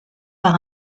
par